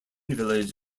village